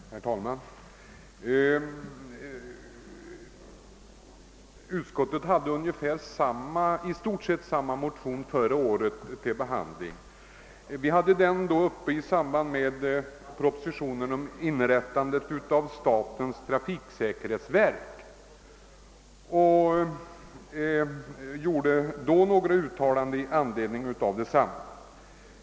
Herr talman! Statsutskottet hade förra året i stort sett samma motion till behandling i samband med behandlingen av propositionen om inrättande av statens trafiksäkerhetsverk, och utskottet gjorde då vissa uttalanden i frågan.